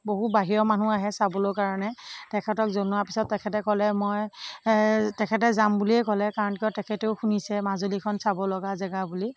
বহু বাহিৰৰ মানুহ আহে চাবলৈ কাৰণে তেখেতক জনোৱাৰ পিছত তেখেতে ক'লে মই তেখেতে যাম বুলিয়েই ক'লে কাৰণ কিয় তেখেতেও শুনিছে মাজুলীখন চাব লগা জেগা বুলি